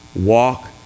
walk